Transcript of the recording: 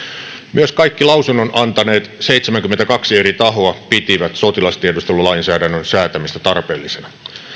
myös kaikki lausunnon antaneet seitsemänkymmentäkaksi eri tahoa pitivät sotilastiedustelulainsäädännön säätämistä tarpeellisena